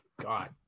God